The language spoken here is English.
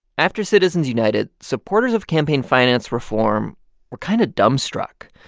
after citizens united, supporters of campaign finance reform were kind of dumbstruck.